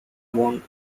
won